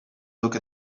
look